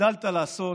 הגדלת לעשות